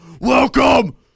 Welcome